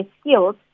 skills